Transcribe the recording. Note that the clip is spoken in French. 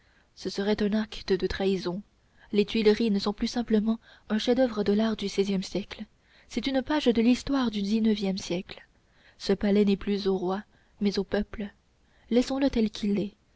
ce serait un acte de trahison les tuileries ne sont plus simplement un chef-d'oeuvre de l'art du seizième siècle c'est une page de l'histoire du dix-neuvième siècle ce palais n'est plus au roi mais au peuple laissons-le tel qu'il est